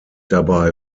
dabei